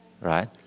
right